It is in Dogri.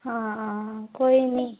हां आं आं थोह्ड़ दिनें गी